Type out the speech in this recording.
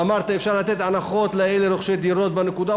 ואמרת: אפשר לתת הנחות לרוכשי דירות בנקודה.